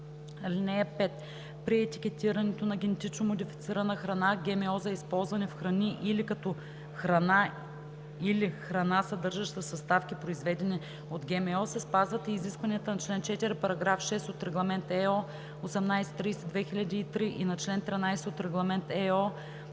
(5) При етикетирането на генетично модифицирана храна, ГМО за използване в храни или като храна или храна, съдържаща съставки, произведени от ГМО, се спазват и изискванията на чл. 4, параграф 6 от Регламент (ЕО) № 1830/2003 и чл. 13 от Регламент (ЕО)